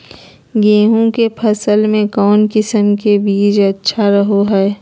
गेहूँ के फसल में कौन किसम के बीज अच्छा रहो हय?